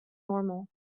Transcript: normal